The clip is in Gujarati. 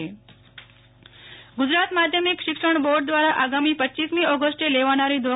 નેહલ ઠક્કર હોલ ટીકિટ ગુજરાત માધ્યમિક શિક્ષણ બોર્ડ દ્વારા આગામી રપમી ઓગસ્ટે લેવાનારી ધો